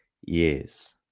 years